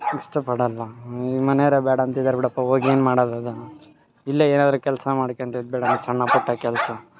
ಇಷ್ಟಪಡಲ್ಲ ಈ ಮನೇರೆ ಬೇಡ ಅಂತಿದ್ದಾರೆ ಬಿಡಪ್ಪ ಹೊಗೇನು ಮಾಡೋದು ಅದ ಇಲ್ಲೇ ಏನಾದರು ಕೆಲಸ ಮಾಡ್ಕ್ಯಂಡು ಇದ್ದು ಬಿಡೋಣ ಸಣ್ಣ ಪುಟ್ಟ ಕೆಲಸ